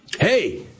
Hey